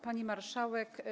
Pani Marszałek!